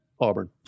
Auburn